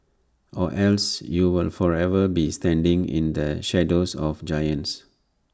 or else you will forever be standing in the shadows of giants